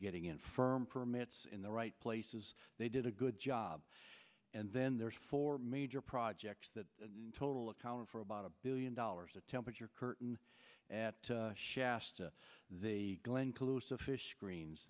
getting infirm permits in the right places they did a good job and then there's four major projects that total accounting for about a billion dollars of temperature curtain at shasta the glenn close of fish screens